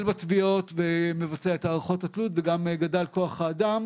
בתביעות ומבצע את הערכות התלות וגם גדל כוח האדם